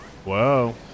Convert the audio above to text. Whoa